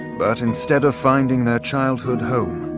but instead of finding their childhood home,